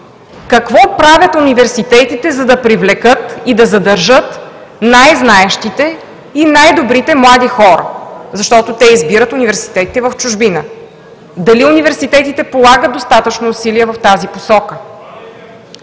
какво правят университетите, за да привлекат и да задържат най-знаещите и най-добрите млади хора, защото те избират университетите в чужбина, дали университетите полагат достатъчно усилия в тази посока?